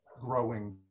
growing